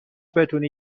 بتونی